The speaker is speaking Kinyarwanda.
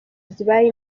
zibaye